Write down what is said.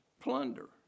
plunder